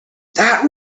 that